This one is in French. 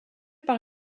par